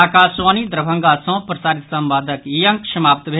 आकाशवाणी दरभंगा सँ प्रसारित संवादक ई अंक समाप्त भेल